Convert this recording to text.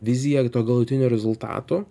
vizija to galutinio rezultato